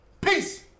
Peace